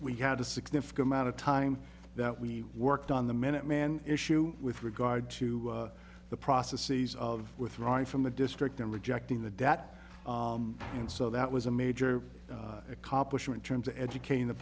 we had a significant amount of time that we worked on the minuteman issue with regard to the processes of withdrawing from the district and rejecting the debt and so that was a major accomplishment terms of educating the